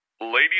Ladies